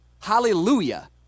Hallelujah